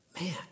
Man